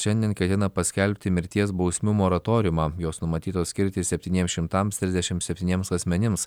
šiandien ketina paskelbti mirties bausmių moratoriumą jos numatytos skirti septyniems šimtams trisdešimt septyniems asmenims